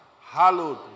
hallowed